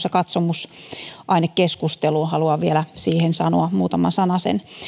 katsomusainekeskusteluun haluan vielä siihen sanoa muutaman sanasen